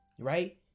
right